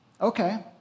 Okay